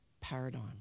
paradigm